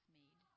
made